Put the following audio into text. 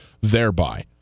thereby